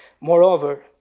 Moreover